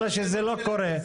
אלא שזה לא קורה.